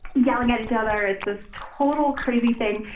yelling at each other. it's this total crazy thing.